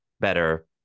better